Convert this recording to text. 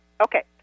Okay